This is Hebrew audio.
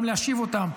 גם להשיב אותם,